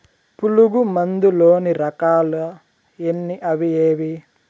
పులుగు మందు లోని రకాల ఎన్ని అవి ఏవి?